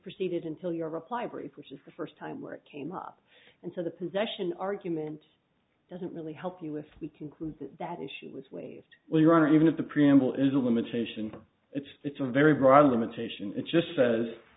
proceeded until your reply brief which is the first time where it came up and so the possession argument doesn't really help you with the concludes that issue was waived well your honor even if the preamble is a limitation it's it's a very broad limitation it just says